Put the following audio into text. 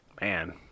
man